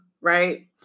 right